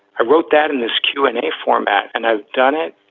i wrote that in this q and a format. and i've done it.